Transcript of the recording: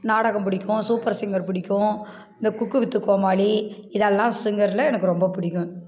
நாடகம் பிடிக்கும் super singer பிடிக்கும் இந்த குக் வித்து கோமாளி இதெல்லாம் சிங்கர்ல எனக்கு ரொம்ப பிடிக்கும்